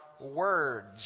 words